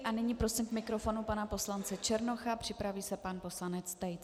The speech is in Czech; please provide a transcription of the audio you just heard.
A nyní prosím k mikrofonu pana poslance Černocha, připraví se pan poslanec Tejc.